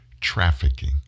trafficking